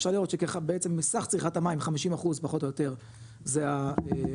אפשר לראות בעצם שסך צריכת המים 50% פחות או יותר זה החקלאות,